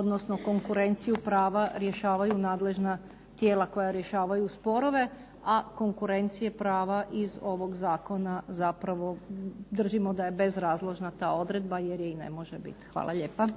odnosno konkurenciju prava rješavaju nadležna tijela koja rješavaju sporove, a konkurencije prava iz ovog zakona zapravo držimo da je bezrazložna ta odredba jer je i ne može biti. Hvala lijepa.